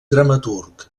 dramaturg